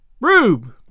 Rube